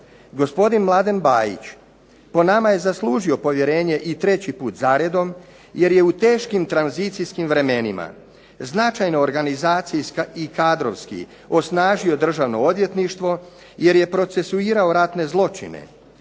Gospodin Mladen Bajić po nama je zaslužio povjerenje i treći put za redom jer je u teškim tranzicijskim vremenima značajno organizacijski i kadrovski osnažio Državno odvjetništvo, jer je procesuirao ratne zločine.